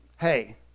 Hey